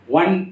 one